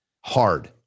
Hard